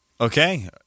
Okay